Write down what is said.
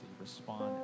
respond